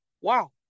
Wow